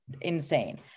insane